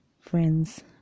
friends